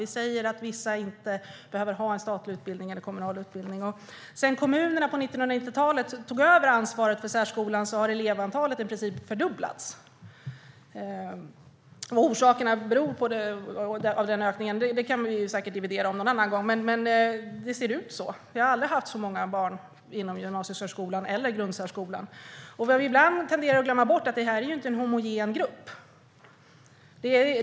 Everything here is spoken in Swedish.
Vi säger att vissa inte behöver ha en statlig eller kommunal utbildning. Sedan kommunerna på 1990-talet tog över ansvaret för särskolan har elevantalet i princip fördubblats. Vad orsakerna till den ökningen är kan vi säkert dividera om någon annan gång, men det ser ut så. Vi har aldrig haft så många barn inom gymnasiesärskolan eller grundsärskolan. Vad vi ibland tenderar att glömma bort är att detta inte är en homogen grupp.